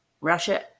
Russia